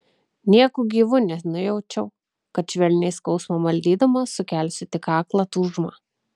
nieku gyvu nenujaučiau kad švelniai skausmą maldydama sukelsiu tik aklą tūžmą